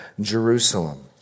Jerusalem